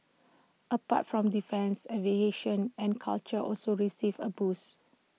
apart from defence aviation and culture also received A boost